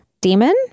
demon